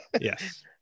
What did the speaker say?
Yes